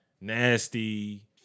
nasty